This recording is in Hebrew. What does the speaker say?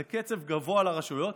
זה קצב גבוה לרשויות.